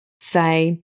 say